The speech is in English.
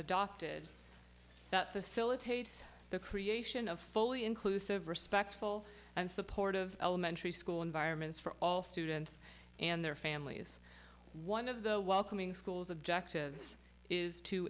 adopted that facilitate the creation of fully inclusive respectful and support of elementary school environments for all students and their families one of the welcoming schools objectives is to